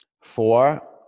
Four